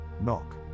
knock